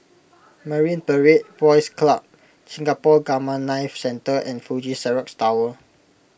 Marine Parade Boys Club Singapore Gamma Knife Centre and Fuji Xerox Tower